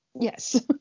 Yes